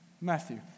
Matthew